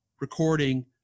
recording